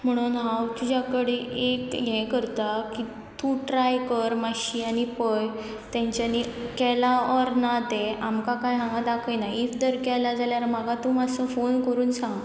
म्हणून हांव तुज्या कडेन एक हें करता की तूं ट्राय कर मातशी आनी पळय तेंच्यांनी केलां ऑर ना तें आमकां कांय हांगा दाखयना इफ जर केला जाल्यार म्हाका तूं मातसो फोन करून सांग